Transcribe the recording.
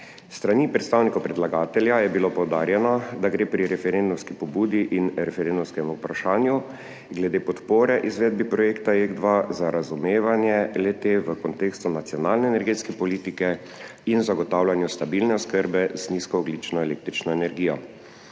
strani predstavnikov predlagatelja je bilo poudarjeno, da gre pri referendumski pobudi in referendumskem vprašanju glede podpore izvedbi projekta JEK2 za razumevanje le-te v kontekstu nacionalne energetske politike in zagotavljanja stabilne oskrbe z nizkoogljično električno energijo.